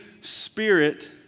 spirit